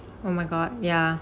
oh my god ya